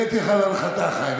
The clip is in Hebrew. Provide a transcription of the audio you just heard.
העליתי לך להנחתה, חיים.